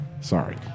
Sorry